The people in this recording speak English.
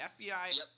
FBI